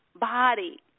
body